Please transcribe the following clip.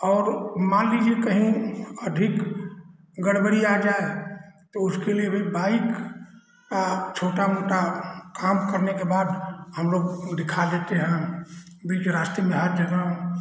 और मान लीजिए कहीं अधिक गड़बड़ी आ जाए तो उसके लिए भी बाइक आ छोटा मोटा काम करने के बाद हम लोग दिखा देते हैं बीच रास्ते में हर जगह